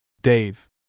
Dave